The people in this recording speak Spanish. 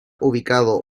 ubicado